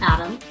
Adam